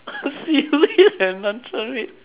seaweed and luncheon meat